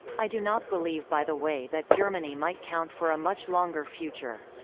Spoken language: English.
i do not believe by the way that germany might count for a much longer future.